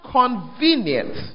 convenient